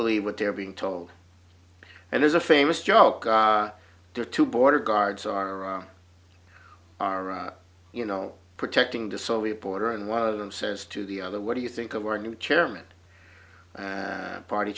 believe what they're being told and there's a famous joke there are two border guards are you know protecting the soviet border and one of them says to the other what do you think of our new chairman party